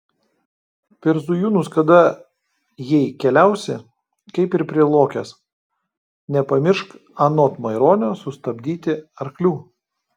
per zujūnus kada jei keliausi kaip ir prie luokės nepamiršk anot maironio sustabdyti arklių